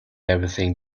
everything